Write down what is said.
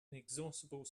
inexhaustible